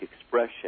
expression